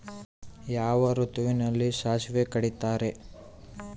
ಯಾವ ಋತುವಿನಲ್ಲಿ ಸಾಸಿವೆ ಕಡಿತಾರೆ?